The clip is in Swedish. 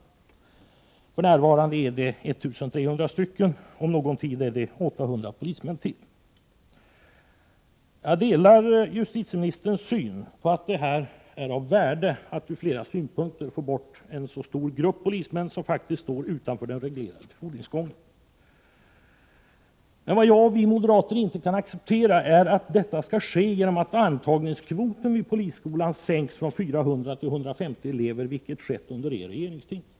För närvarande är det fråga om 1 300 polismän, och om någon tid är det ytterligare 800. Jag delar justitieministerns uppfattning att det är av värde ur flera synpunkter att få bort en stor grupp polismän som står utanför den reglerade befordringsgången. Men vad jag och övriga moderater inte kan acceptera är att detta skall ske genom att antagningskvoten vid polisskolan sänks från 400 till 150 elever, vilket har skett under er regeringstid.